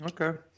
Okay